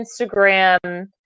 instagram